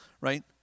Right